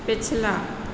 पिछला